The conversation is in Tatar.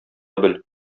бел